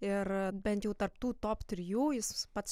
ir bent jau tarp tų top trijų jis pats